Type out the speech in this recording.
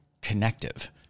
connective